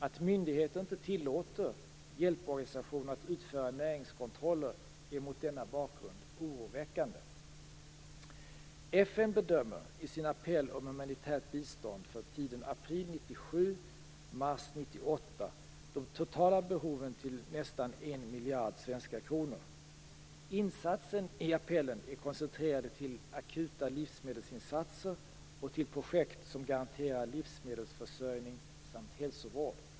Att myndigheter inte tillåter hjälporganisationer att utföra näringskontroller är mot denna bakgrund oroväckande. FN bedömer, i sin appell om humanitärt bistånd för tiden april 1997-mars 1998, de totala behoven till nästan en miljard svenska kronor. Insatserna i appellen är koncentrerade till akuta livsmedelsinsatser och till projekt som garanterar livsmedelsförsörjning samt hälsovård.